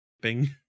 bing